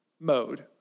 mode